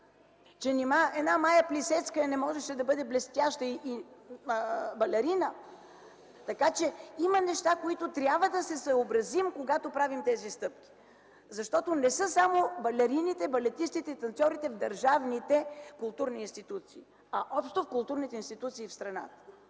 една Мая Плисецкая не можеше да бъде блестяща балерина? Има неща, с които трябва да се съобразим, когато правим тези стъпки, защото не са само балерините, балетистите и танцьорите в държавните културни институции, а общо в културните институции в страната.